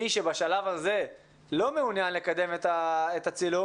מי שבשלב הזה לא מעוניין לקדם את הצילום